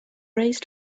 raised